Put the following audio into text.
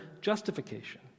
justification